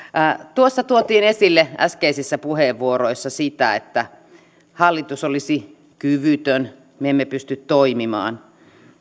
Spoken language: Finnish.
tuossa tuotiin esille äskeisissä puheenvuoroissa sitä että hallitus olisi kyvytön me emme pysty toimimaan